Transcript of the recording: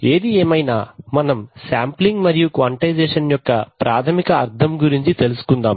ఏది ఏమైనా మనం శాంప్లింగ్ మరియు క్వాంటైజేషన్ యొక్క ప్రాథమిక అర్థం గురించి తెలుసుకుందాం